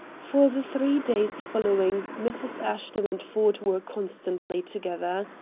for the three days following mrs. ashton and ford were constantly together.